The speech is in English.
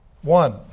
One